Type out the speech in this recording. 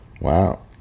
Wow